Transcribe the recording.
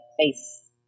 face